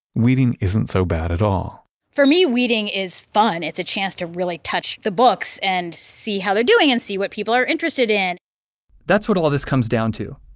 weeding isn't so bad at all for me, weeding is fun. it's a chance to really touch the books and see how they're doing and see what people are interested in that's what all of this comes down to.